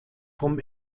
vom